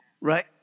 Right